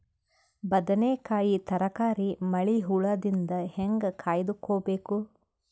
ಬದನೆಕಾಯಿ ತರಕಾರಿ ಮಳಿ ಹುಳಾದಿಂದ ಹೇಂಗ ಕಾಯ್ದುಕೊಬೇಕು?